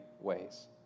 ways